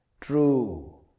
true